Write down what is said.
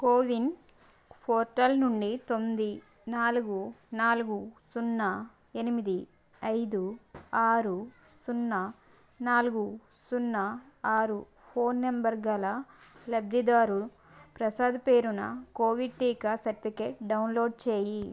CoWIN portal నుండి తొమ్మిది నాలుగు నాలుగు సున్నా ఎనిమిది అయిదు ఆరు సున్నా నాలుగు సున్నా ఆరు ఫోన్ నెంబర్ గల లబ్ధిదారుడు ప్రసాద్ పేరున కోవిడ్ టీకా సర్టిఫికేట్ డౌన్లోడ్ చేయి